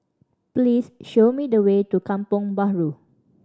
please show me the way to Kampong Bahru